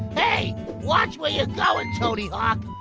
hey, watch where you're going, tony hawk.